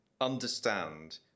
understand